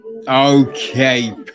Okay